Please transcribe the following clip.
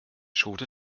schote